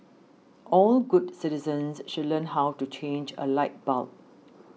all good citizens should learn how to change a light bulb